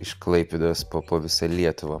iš klaipėdos po po visą lietuvą